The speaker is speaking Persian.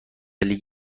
لیگ